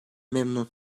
memnun